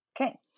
Okay